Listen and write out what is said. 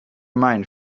mind